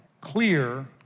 clear